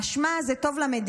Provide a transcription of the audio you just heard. משמע זה טוב למדינה,